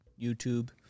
YouTube